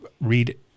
read